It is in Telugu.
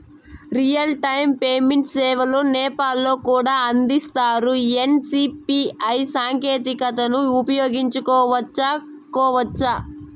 రియల్ టైము పేమెంట్ సేవలు నేపాల్ లో కూడా అందిస్తారా? ఎన్.సి.పి.ఐ సాంకేతికతను ఉపయోగించుకోవచ్చా కోవచ్చా?